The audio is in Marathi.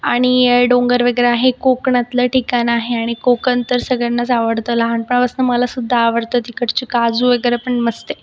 आणि डोंगर वगैरे आहे कोकणातलं ठिकाण आहे आणि कोकन तर सगळ्यांनाच आवडतं लहानपणापासनं मलासुद्धा आवडतं तिकडची काजू वगैरे पण मस्त आहे